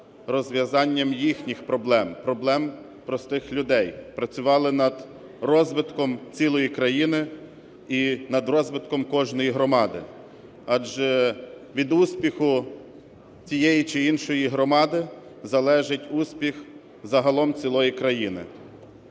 розв'язанням їхніх проблем, проблем простих людей, працювали над розвитком цілої країни і над розвитком кожної громади. Адже від успіху тієї чи іншої громади залежить успіх загалом цілої країни.